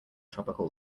tropical